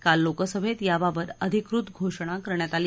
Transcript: काल लोकसभेत याबाबत अधिकृत घोषणा करण्यात आली